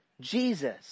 Jesus